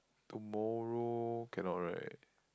tomorrow cannot right